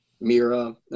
Mira